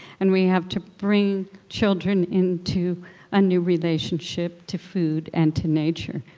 and we have to bring children into a new relationship to food and to nature.